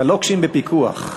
הלוקשים בפיקוח.